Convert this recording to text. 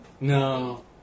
No